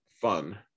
fun